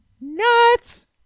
nuts